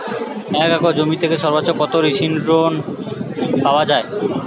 এক একর জমি থেকে সর্বোচ্চ কত কৃষিঋণ পাওয়া য়ায়?